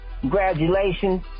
Congratulations